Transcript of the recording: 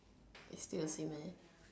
is still the same eh